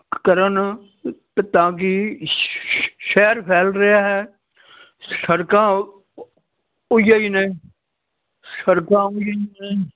ਕਰਨ ਤਾਂ ਕਿ ਸ਼ਹਿਰ ਫੈਲ ਰਿਹਾ ਹੈ ਸੜਕਾਂ ਉਹ ਜਿਹੀਆ ਨੇ ਸੜਕਾਂ ਉਹ ਜਿਹੀਆ ਨੇ